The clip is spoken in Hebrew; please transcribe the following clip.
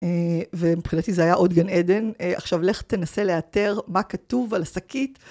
ומבחינתי זה היה עוד גן עדן. עכשיו לך תנסה לאתר מה כתוב על שקית.